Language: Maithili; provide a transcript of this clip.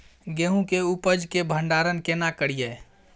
गेहूं के उपज के भंडारन केना करियै?